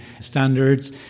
standards